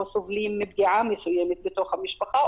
או סובלים מפגיעה מסוימת בתוך המשפחה,